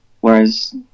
whereas